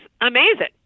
amazing